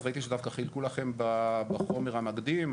אז ראיתי שדווקא חילקו לכם בחומר המקדים,